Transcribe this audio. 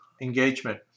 engagement